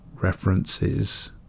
references